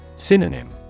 Synonym